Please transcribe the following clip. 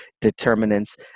determinants